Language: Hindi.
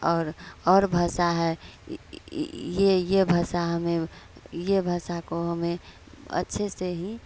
और और भाषा है यह यह भाषा हमें यह भाषा को हमें अच्छे से ही